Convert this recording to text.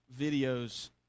videos